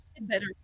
better